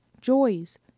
joys